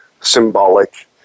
symbolic